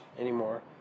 anymore